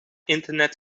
internet